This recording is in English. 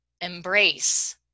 embrace